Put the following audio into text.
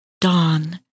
dawn